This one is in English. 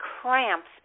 cramps